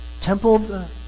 temple